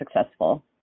successful